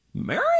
Mary